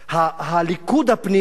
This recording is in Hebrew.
הליכוד הפנימי